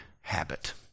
habit